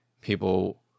people